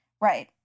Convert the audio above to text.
right